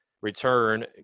return